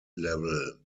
level